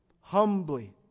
humbly